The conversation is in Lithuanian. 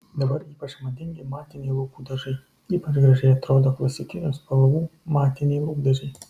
dabar ypač madingi matiniai lūpų dažai ypač gražiai atrodo klasikinių spalvų matiniai lūpdažiai